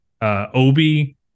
Obi